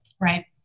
Right